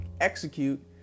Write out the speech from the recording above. execute